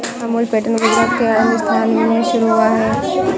Amul pattern Gujarat के आणंद स्थान से शुरू हुआ है